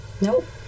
nope